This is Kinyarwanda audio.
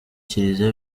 kiliziya